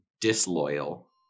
disloyal